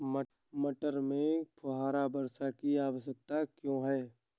मटर में फुहारा वर्षा की आवश्यकता क्यो है?